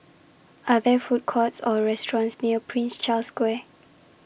Are There Food Courts Or restaurants near Prince Charles Square